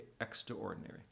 extraordinary